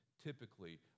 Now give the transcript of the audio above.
typically